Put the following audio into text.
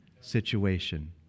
situation